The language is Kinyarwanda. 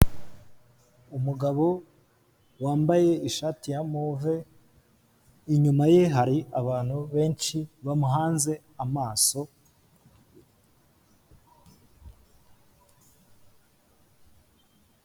Umugabo wambaye ishati ya move, inyuma ye hari abantu benshi bamuhanze amaso.